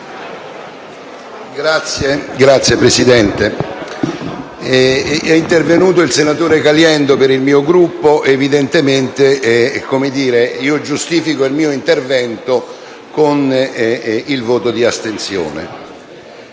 Signora Presidente, è intervenuto il senatore Caliendo per il mio Gruppo quindi, evidentemente, giustifico il mio intervento con il voto in dissenso.